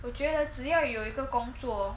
我觉得只要有一个工作